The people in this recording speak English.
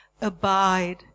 abide